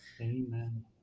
Amen